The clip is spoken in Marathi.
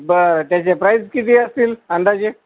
बरं त्याचे प्राईस किती असतील अंदाजे